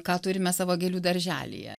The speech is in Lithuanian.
ką turime savo gėlių darželyje